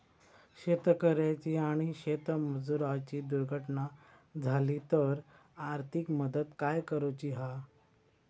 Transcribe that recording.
शेतकऱ्याची आणि शेतमजुराची दुर्घटना झाली तर आर्थिक मदत काय करूची हा?